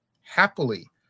happily